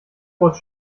vors